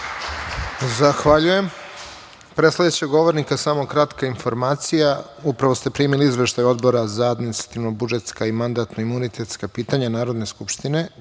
Zahvaljujem. Pre sledećeg govornika, samo kratka informacija. Upravo ste primili izveštaje Odbora za administrativno-budžetska i mandatno-imunitetska pitanja Narodne skupštine,